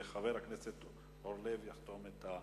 וחבר הכנסת אורלב יחתום את הרשימה.